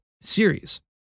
series